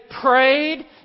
prayed